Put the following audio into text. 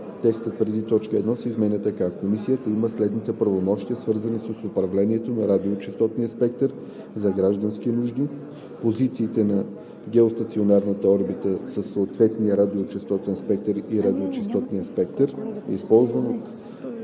текстът преди т. 1 се изменя така: „Комисията има следните правомощия, свързани с управлението на радиочестотния спектър за граждански нужди, позициите на геостационарната орбита със съответния радиочестотен спектър и радиочестотния спектър, използван